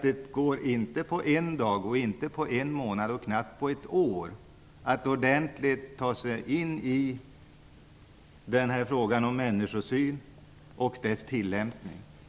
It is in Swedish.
Det går inte på en dag, inte på en månad och knappt på ett år att ordentligt sätta sig in i frågan om människosynen och dess tilllämpning.